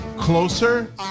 closer